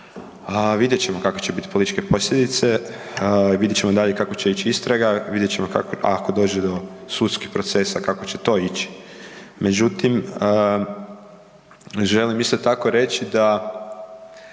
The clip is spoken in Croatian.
vidjet ćemo kakve će bit političke posljedice, vidjet ćemo dalje kako će ić istraga, vidjet ćemo kako, ako dođe do sudskih procesa kako će to ići. Međutim, želim isto tako reći da